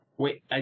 Wait